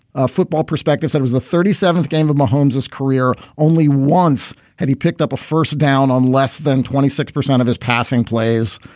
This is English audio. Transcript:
a football perspective. there was the thirty seventh game of mahomes is career. only once had he picked up a first down on less than twenty six percent of his passing players.